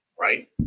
Right